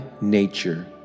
nature